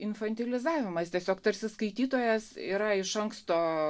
infantilizavimas tiesiog tarsi skaitytojas yra iš anksto